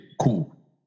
cool